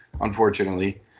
unfortunately